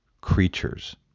creatures